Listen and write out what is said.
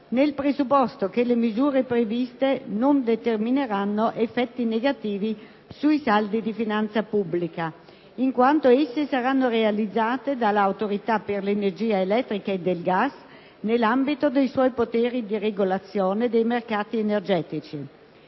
nel presupposto che le misure previste non determineranno effetti negativi sui saldi di finanza pubblica, in quanto esse saranno realizzate dall'Autorità per l'energia elettrica ed il gas, nell'ambito dei suoi poteri di regolazione dei mercati energetici.